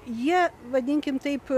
jie vadinkim taip